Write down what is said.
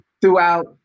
throughout